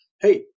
Hey